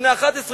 בני 11,